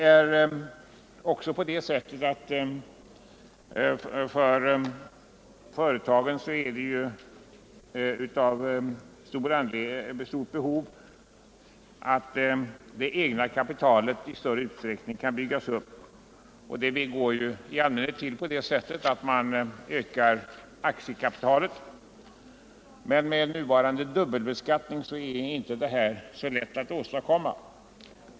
För företagen är det ett stort behov att det egna kapitalet i större utsträckning kan byggas upp. Det går i allmänhet till så att man ökar aktiekapitalet, men med nuvarande dubbelbeskattning är detta inte så lätt att åstadkomma.